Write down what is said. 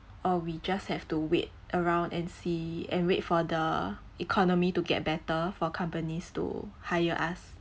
or we just have to wait around and see and wait for the economy to get better for companies to hire us